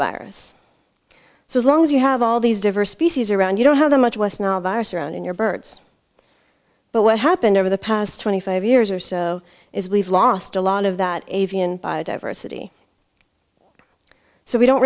virus so as long as you have all these diverse species around you don't have that much west nile virus around in your birds but what happened over the past twenty five years or so is we've lost a lot of that avian biodiversity so we don't